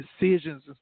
decisions